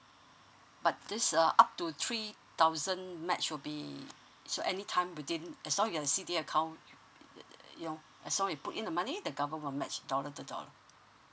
but this uh up to three thousand match will be so any time within as long as you have C_D_A account you know as long you you put in the money the government will match dollar to dollar